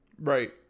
Right